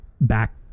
back